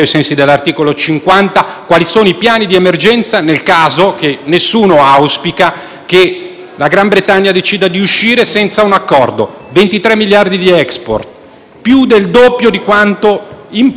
la Gran Bretagna decida di uscire senza un accordo. Stiamo parlando di 23 miliardi di *export*, più del doppio di quanto importiamo dalla Gran Bretagna. Rischiano di scattare le clausole MAC e non ce lo possiamo permettere.